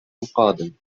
القادم